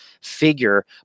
figure